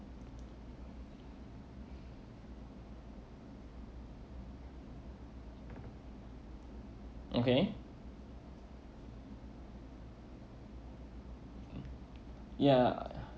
okay ya